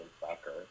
sucker